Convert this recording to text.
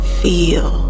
feel